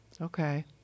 Okay